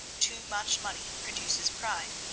too much money produces pride.